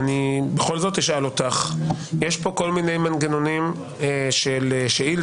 בכל זאת אשאל אותך יש פה כל מיני מנגנונים של שאילתה,